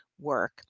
work